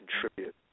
contribute